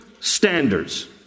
standards